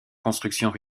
constructions